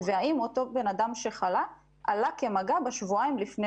שוב למגעים.